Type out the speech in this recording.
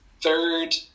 third